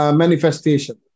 manifestation